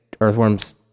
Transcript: earthworms